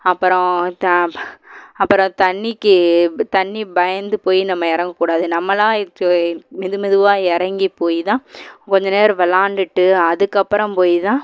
அப்புறம் தா அப்புறம் தண்ணிக்கு தண்ணி பயந்துப்போய் நம்ம இறங்கக்கூடாது நம்மளாக இது மெது மெதுவாக இறங்கிப் போய்தான் கொஞ்சம் நேரம் விளாண்டுகிட்டு அதுக்கப்புறம் போய் தான்